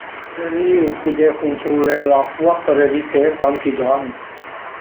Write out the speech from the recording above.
Preferirì pudé cuntrulé l'acua për evité tanti dann